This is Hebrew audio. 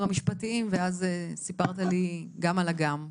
המשפטיים ואז סיפרת לי גם על אגם כמובן,